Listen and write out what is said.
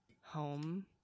home